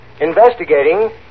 Investigating